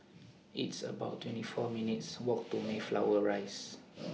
It's about twenty four minutes' Walk to Mayflower Rise